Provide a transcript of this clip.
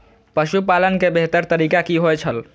पशुपालन के बेहतर तरीका की होय छल?